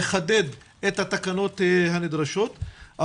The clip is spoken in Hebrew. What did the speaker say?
לחדד את התקנות הנדרשות,